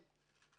כן.